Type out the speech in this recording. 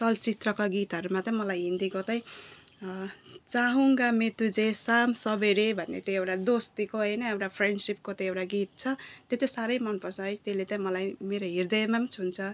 चलचित्रका गीतहरूमा चाहिँ मलाई हिन्दीको चाहिँ चाहुँगा मै तुझे साम सवेरे भन्ने त्यो एउटा दोस्तीको होइन त्यो एउटा फ्रेन्डसिपको त्यो एउटा गीत छ त्यो चाहिँ साह्रै मनपर्छ है त्यसले चाहिँ मलाई मेरो हृदयमा पनि छुन्छ